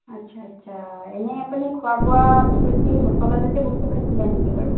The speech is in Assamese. আচ্ছা আচ্ছা এনেই আপুনি খোৱা বোৱা আপুনি বেছি মছলাজাতীয় বস্তু খাইছিলে নেকি বাৰু